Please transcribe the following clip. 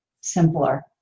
simpler